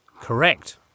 Correct